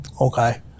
okay